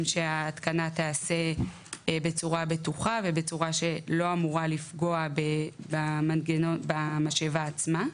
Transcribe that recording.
שההתקנה תיעשה בצורה בטוחה ובצורה שלא אמורה לפגוע במשאבה עצמה.